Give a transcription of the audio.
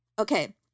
Okay